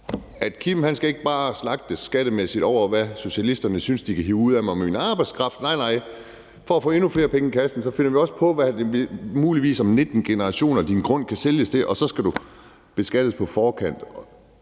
Kim skal ikke bare slagtes skattemæssigt for, hvad socialisterne synes de kan hive ud af mig med min arbejdskraft. Nej, nej, for at få endnu flere i penge i kassen finder vi også på, hvad din grund muligvis om 19 generationer kan sælges til, og så skal du beskattes på forkant.